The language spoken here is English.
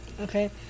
Okay